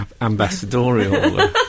ambassadorial